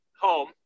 home